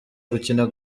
gukina